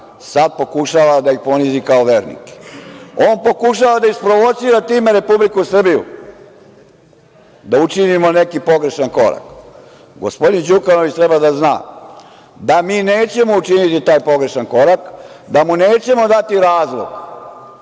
Sad pokušava da ih ponizi kao vernike. On pokušava da isprovocira time Republiku Srbiju da učinimo neki pogrešan korak. Gospodin Đukanović treba da zna da mi nećemo učiniti taj pogrešan korak, da mu nećemo dati razlog